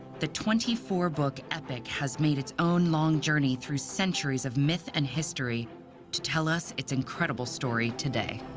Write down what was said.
the twenty four book epic has made its own long journey through centuries of myth and history to tell us its incredible story today.